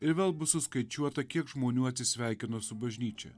ir vėl bus suskaičiuota kiek žmonių atsisveikino su bažnyčia